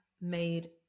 made